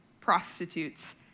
prostitutes